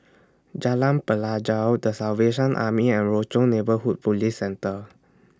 Jalan Pelajau The Salvation Army and Rochor Neighborhood Police Centre